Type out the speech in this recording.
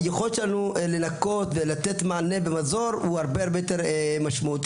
היכולת שלנו לנקות ולתת מענה ומזור הוא הרבה יותר משמעותי,